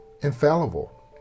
infallible